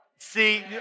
See